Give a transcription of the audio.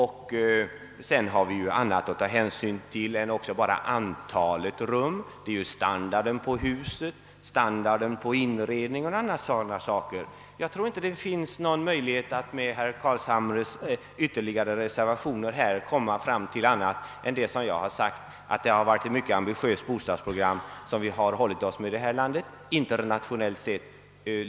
Det finns för övrigt annat att ta hänsyn till än bara antalet rum, t.ex. husens och inredningens standard. | Jag tror därför inte att man med herr Carlshamres ytterligare reservationer kan komma fram till annat än vad jag har sagt, nämligen att vi i det här landet håller oss med ett mycket ambitiöst :bostadsprogram, som internationellt sett ligger.